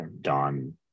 Don